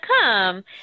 come